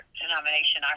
denomination